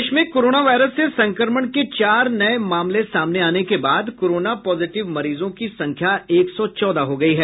देश में corona virus से संक्रमण के चार नये मामले सामने आने के बाद कोरोना पॉजीटिव मरीजों की संख्या एक सौ चौदह हो गयी है